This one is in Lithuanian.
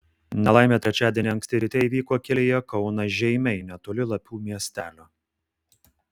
nelaimė trečiadienį anksti ryte įvyko kelyje kaunas žeimiai netoli lapių miestelio